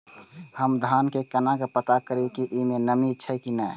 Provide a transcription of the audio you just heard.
हम धान के केना पता करिए की ई में नमी छे की ने?